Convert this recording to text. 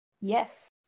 Yes